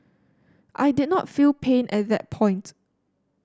I did not feel pain at that point